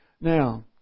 Now